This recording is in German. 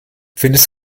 findest